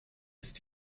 ist